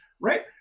Right